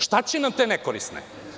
Šta će nam te nekorisne?